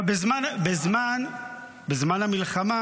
בזמן המלחמה